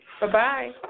Bye-bye